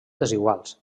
desiguals